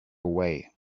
away